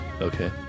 Okay